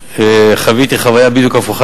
חוויתי חוויה בדיוק הפוכה,